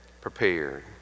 prepared